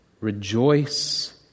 Rejoice